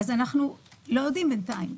אנחנו לא יודעים בינתיים,